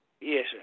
Yes